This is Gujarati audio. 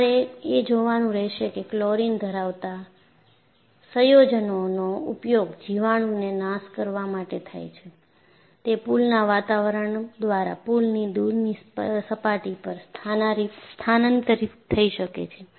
તમારે એ જોવાનું રહેશે કે ક્લોરિન ધરાવતા સંયોજનોનો ઉપયોગ જીવાણુ ને નાશ કરવા માટે થાય છે તે પૂલના વાતાવરણ દ્વારા પૂલની દૂરની સપાટી પર સ્થાનાંતરિત થઈ શકે છે